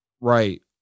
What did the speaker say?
right